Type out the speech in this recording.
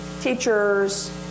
teachers